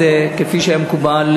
בתקופת כהונתה של הכנסת התשע-עשרה),